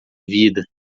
vida